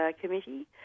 committee